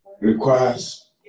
requires